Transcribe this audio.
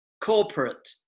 corporate